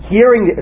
hearing